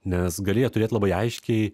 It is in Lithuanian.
nes gali ją turėt labai aiškiai